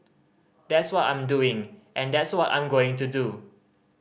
that's what I'm doing and that's what I'm going to do